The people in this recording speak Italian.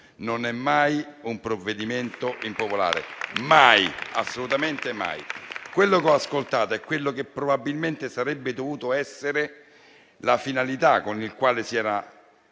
non è mai un provvedimento impopolare: mai, assolutamente mai. Quanto ho ascoltato è quella che probabilmente avrebbe dovuto essere la finalità con la quale era